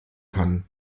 kann